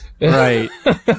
right